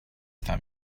time